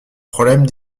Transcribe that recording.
problème